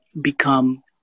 become